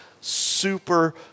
Super